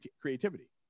creativity